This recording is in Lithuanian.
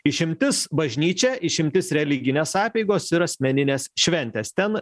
išimtis bažnyčia išimtis religinės apeigos ir asmeninės šventės ten